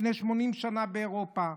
לפני 80 שנה באירופה.